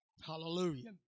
Hallelujah